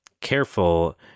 careful